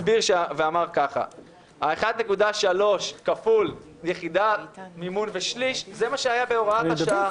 ואמר שה-1.3 כפול יחידת מימון ושליש זה מה שהיה בהוראת השעה.